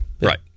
Right